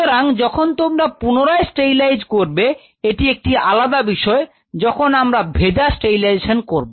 সুতরাং যখন তোমরা পুনরায় স্টেরিলাইজ করবে এটি একটি আলাদা বিষয় যখন আমরা ভেজা স্টেরিলাইজেশন করব